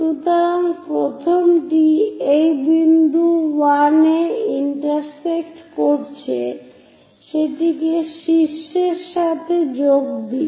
সুতরাং প্রথমটি এই বিন্দু 1 এ ইন্টারসেক্ট করছে সেটিকে শীর্ষের সাথে যোগ দিন